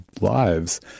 lives